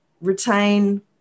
retain